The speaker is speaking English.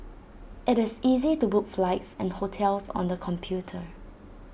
IT is easy to book flights and hotels on the computer